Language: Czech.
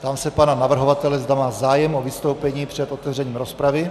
Ptám se pana navrhovatele, zda má zájem o vystoupení před otevřením rozpravy.